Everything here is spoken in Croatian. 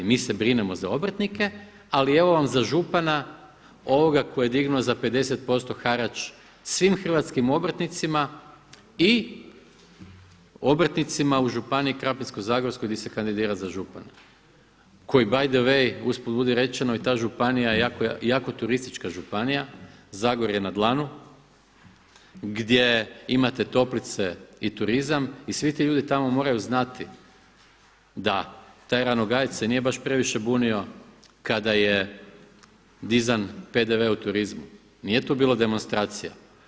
Mi se brinemo za obrtnike ali evo vam za župana ovoga koji je dignuo za 50% harač svim hrvatskim obrtnicima i obrtnicima u županiji Krapinsko-zagorskog gdje se kandidira za župana koji by the way, uz put budi rečeno i ta županija jako turistička županija, Zagorje na dlanu gdje imate toplice i turizma i svi ti ljudi tamo moraju znati da taj Ranogajec se nije baš previše bunio kada je dizan PDV u turizmu, nije tu bilo demonstracija.